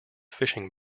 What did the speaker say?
fishing